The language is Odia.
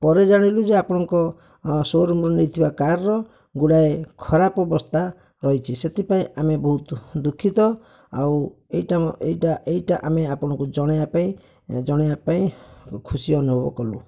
ପରେ ଜାଣିଲୁ ଯେ ଆପଣଙ୍କ ସୋରୁମରୁ ନେଇ ଥିବା କାର୍ର ଗୁଡ଼ାଏ ଖରାପ ଅବସ୍ଥା ରହିଛି ସେଥିପାଇଁ ଆମେ ବହୁତ ଦୁଃଖିତ ଆଉ ଏଇଟା ଏଇଟା ଏଇଟା ଆମେ ଆପଣଙ୍କୁ ଜଣାଇବା ପାଇଁ ଜଣେଇବା ପାଇଁ ଖୁସି ଅନୁଭବ କଲୁ